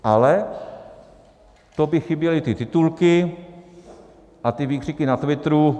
Ale to by chyběly ty titulky a ty výkřiky na Twitteru.